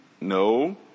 No